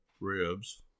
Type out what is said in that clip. ribs